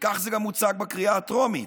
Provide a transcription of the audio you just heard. וכך זה גם מוצג בקריאה הטרומית,